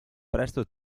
presto